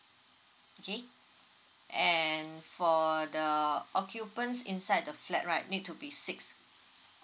okay and for the occupants inside the flat right need to be six